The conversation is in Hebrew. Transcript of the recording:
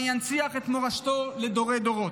וינציח את מורשתו לדורי דורות.